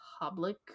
public